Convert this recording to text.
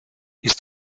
ist